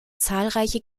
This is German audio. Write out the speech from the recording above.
zahlreiche